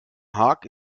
haag